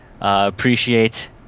Appreciate